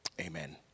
amen